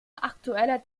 aktueller